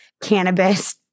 cannabis